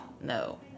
No